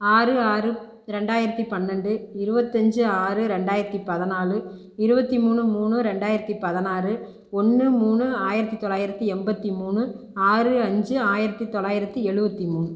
ஆறு ஆறு இரண்டாயிரத்தி பன்னினெண்டு இருபத்தஞ்சு ஆறு இரண்டாயிரத்தி பதினாலு இருபத்தி மூணு மூணு இரண்டாயிரத்தி பதினாறு ஒன்று மூன்று ஆயிரத்தி தொள்ளாயிரத்தி எண்பத்தி மூணு ஆறு ஐந்து ஆயிரத்தி தொள்ளாயிரத்தி எழுபத்தி மூணு